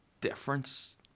difference